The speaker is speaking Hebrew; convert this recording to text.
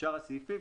בשאר הסעיפים,